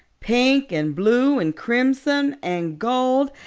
pink and blue and crimson and gold,